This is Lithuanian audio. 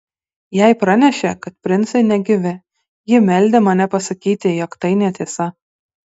jai pranešė kad princai negyvi ji meldė mane pasakyti jog tai netiesa